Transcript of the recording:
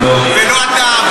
ולא אתה,